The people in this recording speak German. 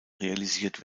realisiert